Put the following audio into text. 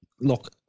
Look